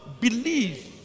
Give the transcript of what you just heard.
Believe